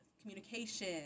communication